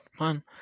Man